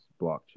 blockchain